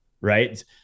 right